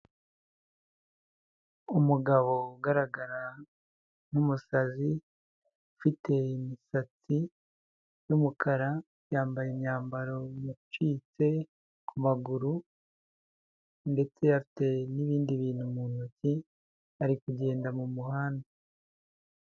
Umugabo ugaragara nk'umusazi, ufite imisatsi y'umukara, yambaye imyambaro yacitse ku maguru ndetse afite n'ibindi bintu mu ntoki, ari kugenda mu muhanda.